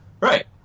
Right